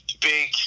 big